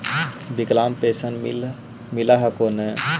विकलांग पेन्शन मिल हको ने?